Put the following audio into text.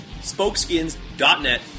spokeskins.net